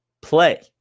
play